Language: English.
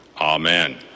Amen